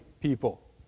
people